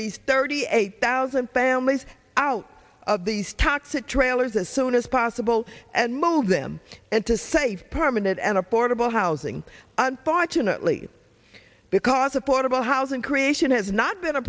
these thirty eight thousand families out of these toxic trailers as soon as possible and move them and to save permanent and a portable housing unfortunately because of portable housing creation has not been a